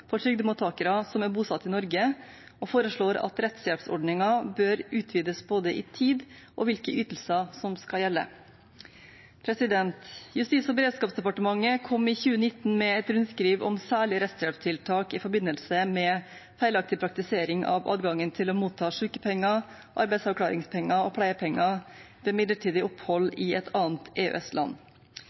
for trygdemottakere som er bosatt i Norge, og de foreslår både at rettshjelpsordningen bør utvides i tid, og hvilke ytelser som skal gjelde. Justis- og beredskapsdepartementet kom i 2019 med et rundskriv om særlige rettshjelptiltak i forbindelse med feilaktig praktisering av adgangen til å motta sykepenger, arbeidsavklaringspenger og pleiepenger ved midlertidig opphold i et annet